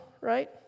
right